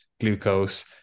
glucose